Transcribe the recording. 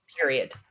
Period